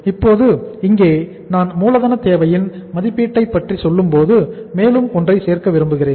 இப்போது இங்கே நான் மூலதன தேவையின் மதிப்பீட்டை பற்றி சொல்லும்போது மேலும் ஒன்றை சேர்க்க விரும்புகிறேன்